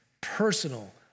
personal